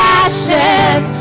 ashes